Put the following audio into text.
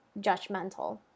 judgmental